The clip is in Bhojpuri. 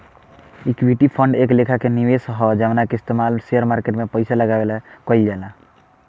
ईक्विटी फंड एक लेखा के निवेश ह जवना के इस्तमाल शेयर मार्केट में पइसा लगावल जाला